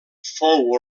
fou